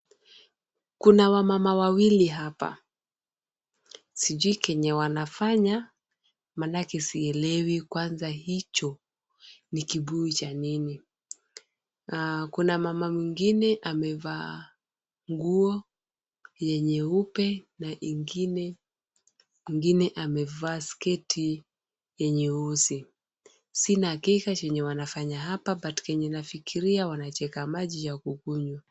Kuna wamama wawili hapa. Sijui chenye wanafanya maanake sielewi kwanza hicho ni kibuyu cha nini. Kuna mama mwingine amevaa nguo ya nyeupe na mwingine amevaa sketi ya nyeusi. Sina hakika chenye wanafanya hapa but chenye nafikiria wanateka maji ya kukunywa.